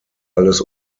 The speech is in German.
alles